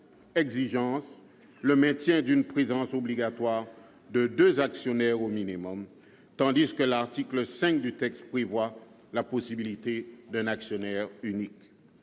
exigence le maintien d'une présence obligatoire de deux actionnaires au minimum, alors que l'article 5 du présent texte offre la possibilité d'un actionnaire unique.